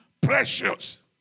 precious